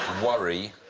worry.